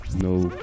no